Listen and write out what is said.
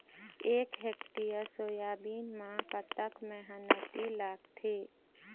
एक hectare soybean म कतक मेहनती लागथे?